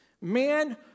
Man